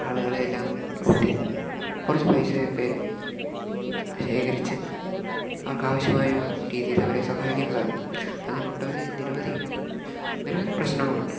ആള്കളെയെല്ലാം കൂട്ടി കുറച്ച് പൈസയൊക്കെ ശേഖരിച്ച് അവർക്കാവശ്യമായ രീതിയിൽ അവരെ സഹായിക്കാൻ സാധിക്കും അതിനൊട്ടനവധി നിരവധി നിരവധി പ്രശ്നങ്ങൾ ഉണ്ട്